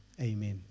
amen